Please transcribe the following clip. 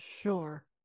Sure